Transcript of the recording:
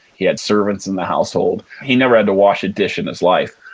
he had servants in the household. he never had to wash a dish in his life.